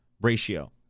Ratio